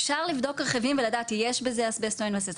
אפשר לבדוק רכיבים ולדעת האם יש בהם אסבסט או שאין בזה אסבסט,